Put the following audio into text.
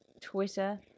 Twitter